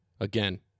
Again